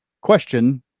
question